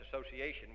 association